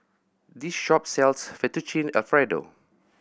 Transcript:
this shop sells Fettuccine Alfredo